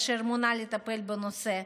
אשר מונה לטפל בנושא,